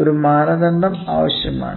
ഒരു മാനദണ്ഡം ആവശ്യമാണ്